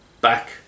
back